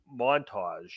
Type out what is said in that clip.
montage